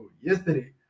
yesterday